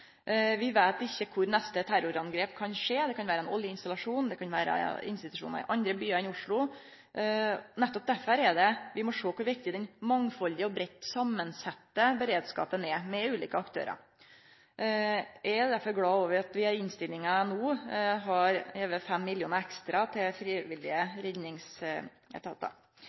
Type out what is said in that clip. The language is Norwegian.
Vi veit ikkje kor neste terrorangrep kan skje – det kan være på ein oljeinstallasjon, det kan vere mot institusjonar i andre byar enn i Oslo. Nettopp derfor må vi sjå kor viktig den mangfaldige og breitt samansette beredskapen er, med ulike aktørar. Eg er derfor glad for at vi i innstillinga foreslår 5 mill. kr ekstra til frivillige organisasjonar i redningsetatar.